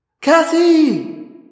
Cassie